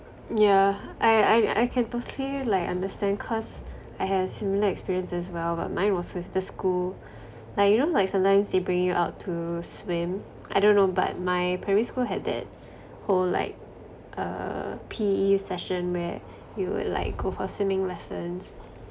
yeah I I I can totally like understand cause I had a similar experience as well but mine was with the school like you know like sometimes they bring you out to swim I don't know but my primary school had that whole like uh P_E session where you would like go for swimming lessons